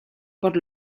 por